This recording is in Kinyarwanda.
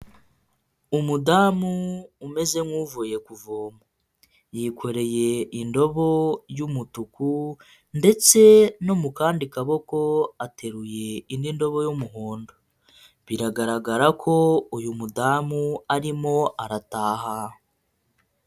Umudamu umeze nk'uvuye kuvoma, yikoreye indobo y'umutuku ndetse no mu kandi kaboko ateruye indi ndobo y'umuhondo, biragaragara ko uyu mudamu arimo arataha.